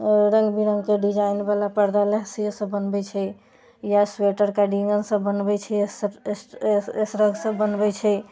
रङ्ग विरङ्गके डिजाइन बाला पर्दा से सभ बनबैत छै या स्वेटरके डिजाइन सभ बनबैत छै सब स्रग सभ बनबैत छै